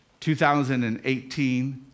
2018